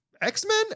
X-Men